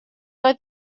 oedd